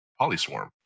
Polyswarm